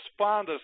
responders